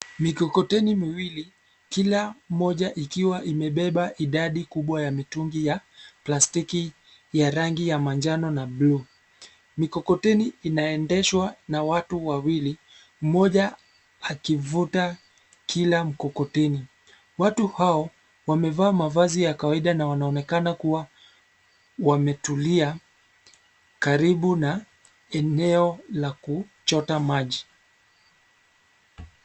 Mikokoteni miwili kila mmoja ikiwa imebeba idadi kubwa ya mitungi ya plastiki ya rangi ya manjano na bluu. Mikokoteni inaendeshwa na watu wawili, mmoja akivuta kila mkokoteni. Watu hao wamevaa mavazi ya kawaida na wanaonakana kuwa wametulia karibu na eneo la kuchota maji.